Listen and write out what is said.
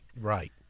Right